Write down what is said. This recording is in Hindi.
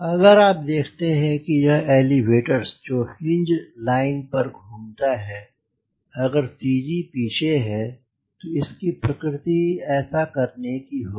अगर आप देखते हैं की यह एलिवेटर्स जो हिन्ज लाइन पर घूमता है अगर CG पीछे है तो इसकी प्रकृति ऐसा करने की होगी